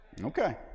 Okay